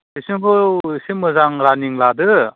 टिउसनखौ एसे मोजां रानिं लादो